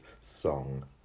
song